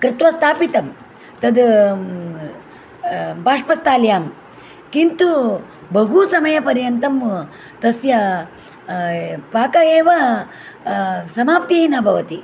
कृत्वा स्थापितं तद् बाष्पस्थाल्यां किन्तु बहुसमयपर्यन्तं तस्य पाक एव समाप्तिः न भवति